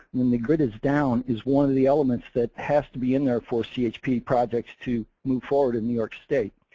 when the grid is down is one of the elements that has to be in there for chp projects to move forward in new york state.